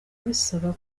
bisaba